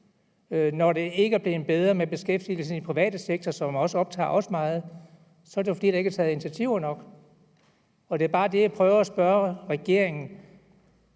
Når det ikke er blevet bedre med beskæftigelsen i den private sektor, som også optager os meget, så er det jo, fordi der ikke er taget initiativer nok. Det er bare det, jeg prøver at spørge regeringen